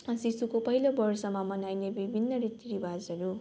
शिशुको पहिलो वर्षमा मनाइने विभिन्न रीतिरिवाजहरू